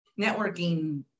networking